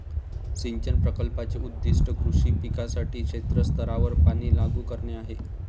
सिंचन प्रकल्पाचे उद्दीष्ट कृषी पिकांसाठी क्षेत्र स्तरावर पाणी लागू करणे आहे